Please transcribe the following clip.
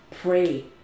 pray